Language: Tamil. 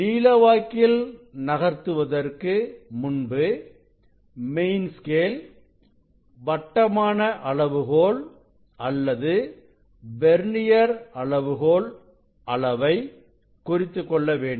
நீளவாக்கில் நகர்த்துவதற்கு முன்பு மெயின் ஸ்கேல் வட்டமான அளவுகோல் அல்லது வெர்னியர் அளவுகோல் அளவை குறித்துக்கொள்ள வேண்டும்